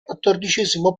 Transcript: quattordicesimo